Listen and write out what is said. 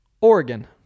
Oregon